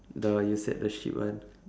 the you said the sheep one